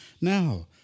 Now